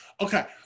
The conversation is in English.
Okay